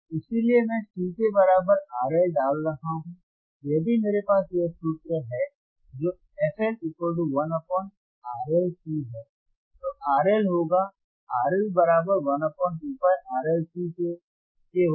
इसलिए मैं C के बराबर RL डाल रहा हूं यदि मेरे पास यह सूत्र है जो fL 12πRLC है तो RL होगा RL बराबर 12πRLC के होगा